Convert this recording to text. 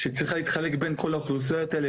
שצריכה להתחלק בין כל האוכלוסיות האלה